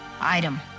Item